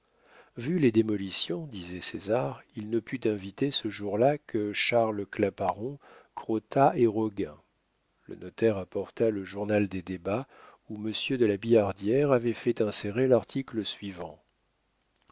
vu les démolitions disait césar il ne put inviter ce jour-là que charles claparon crottat et roguin le notaire apporta le journal des débats où monsieur de la billardière avait fait insérer l'article suivant